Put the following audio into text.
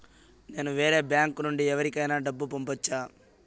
నేను వేరే బ్యాంకు నుండి ఎవరికైనా డబ్బు పంపొచ్చా?